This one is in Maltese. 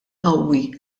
qawwi